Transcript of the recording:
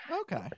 okay